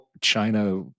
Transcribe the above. China